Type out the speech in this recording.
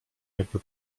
jakby